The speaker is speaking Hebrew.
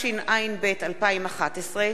התשע”ב 2011,